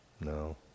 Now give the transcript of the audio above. No